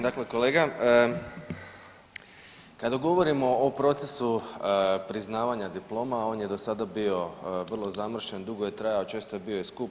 Dakle kolega, kada govorimo o procesu priznavanja diploma on je do sada bio vrlo zamršen, dugo je trajao, često je bio i skup.